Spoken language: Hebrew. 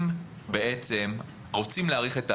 אם רוצים להאריך את ההשעיה,